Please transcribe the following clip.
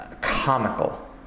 comical